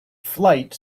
flight